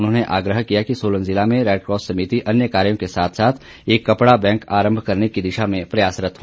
उन्होंने आग्रह किया कि सोलन जिला में रेडक्रॉस समिति अन्य कार्यो के साथ साथ एक कपड़ा बैंक आरंभ करने की दिशा में प्रयासरत हो